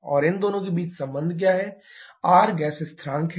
और इन दोनों के बीच क्या संबंध है CP - Cv a −ā R R gas स्थिरांक है